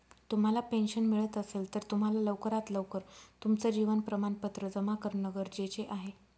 तुम्हाला पेन्शन मिळत असेल, तर तुम्हाला लवकरात लवकर तुमचं जीवन प्रमाणपत्र जमा करणं गरजेचे आहे